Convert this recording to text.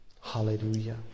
Hallelujah